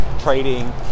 trading